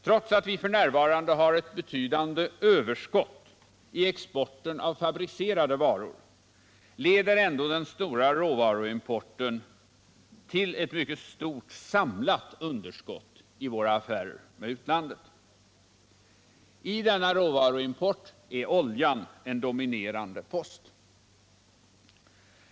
Trots att vi f.n. har ett betydande överskott i exporten av fabricerade varor, leder ändå den stora råvaruimporten till ett mycket stort samlat underskott i våra affärer med utlandet. I råvaruimporten är oljan den dominerande posten.